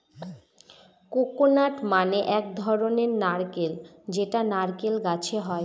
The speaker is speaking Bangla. কোকোনাট মানে এক ধরনের নারকেল যেটা নারকেল গাছে হয়